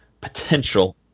potential